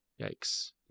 Yikes